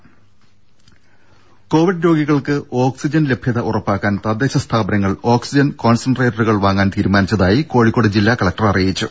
ദേദ കോവിഡ് രോഗികൾക്ക് ഓക്സിജൻ ലഭ്യത ഉറപ്പാക്കാൻ തദ്ദേശ സ്ഥാപനങ്ങൾ ഓക്സിജൻ കോൺസൻട്രേറ്ററുകൾ വാങ്ങാൻ തീരുമാനിച്ചതായി കോഴിക്കോട് ജില്ലാ കളക്ടർ അറിയിച്ചു